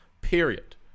Period